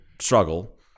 struggle